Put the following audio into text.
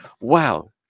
wow